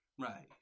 Right